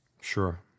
Sure